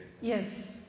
Yes